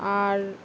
আর